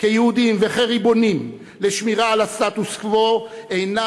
כיהודים וכריבונים לשמירה על הסטטוס-קוו אינה